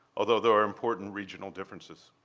although there are important regional differences.